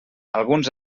alguns